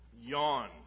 yawn